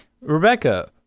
Rebecca